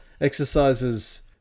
exercises